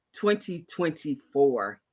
2024